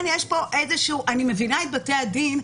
אני מבינה את בתי הדין,